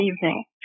evening